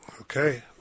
Okay